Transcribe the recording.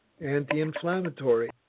anti-inflammatory